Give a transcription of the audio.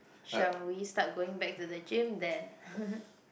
shall we start going back to the gym then